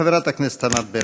חברת הכנסת ענת ברקו.